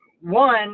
one